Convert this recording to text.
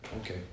Okay